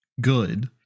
Good